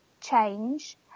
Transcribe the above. change